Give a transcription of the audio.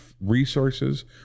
resources